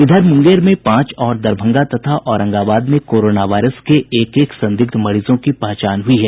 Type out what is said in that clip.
इधर मुंगेर में पांच और दरभंगा तथा औरंगाबाद में कोरोना वायरस के एक एक संदिग्ध मरीजों की पहचान हुयी है